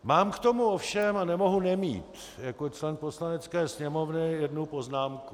Mám k tomu ovšem, nemohu nemít, jako člen Poslanecké sněmovny jednu poznámku.